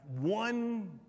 one